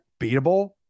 beatable